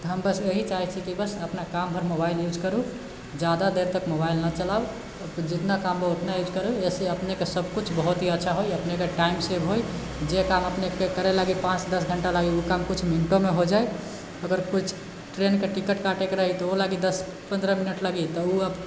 तऽ हम बस इएह चाहैत छी कि बस अपना काम भर मोबाइल यूज करु जादा देर तक मोबाइल नहि चलाउ जितना काम अछि ओतना यूज करु एहिसँ अपनेके सभ किछु बहुत ही अच्छा होइ अपनेके टाइम सेव होइ जे काम अप करै लागि पाँच दश घण्टा लागि ओएह काम किछु मिनटोमे हो जाइ अगर किछु ट्रेनके टिकट काटैके रहै तऽ ओहो लागि दश पन्द्रह मिनट लागि तऽ ओ अब